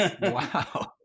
Wow